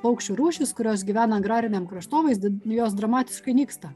paukščių rūšys kurios gyvena agrariniam kraštovaizdy jos dramatiškai nyksta